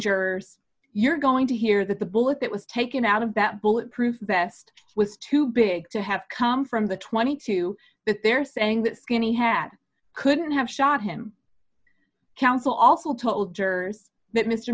jurors you're going to hear that the bullet that was taken out of that bullet proof vest was too big to have come from the twenty two that they're saying that skinny hat couldn't have shot him council also told jurors that mr